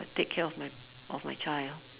take care of my of my child